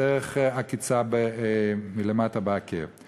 דרך עקיצה מלמטה, בעקב.